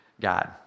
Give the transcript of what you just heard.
God